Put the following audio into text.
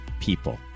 people